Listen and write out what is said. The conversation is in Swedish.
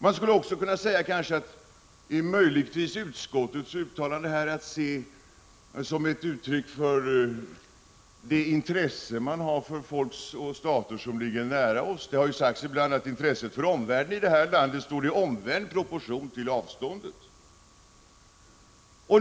Utskottets uttalande här skulle möjligtvis kunna ses som ett uttryck för det intresse vi har för de stater som ligger nära oss och för folken där. Det har ju sagts ibland att vårt intresse för omvärlden står i omvänd proportion till avståndet.